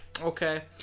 okay